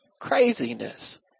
Craziness